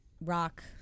rock